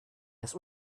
das